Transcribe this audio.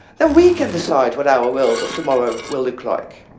then we can decide what our world of tomorrow will look like.